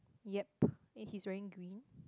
yep and he's wearing green